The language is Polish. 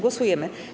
Głosujemy.